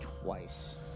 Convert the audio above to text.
Twice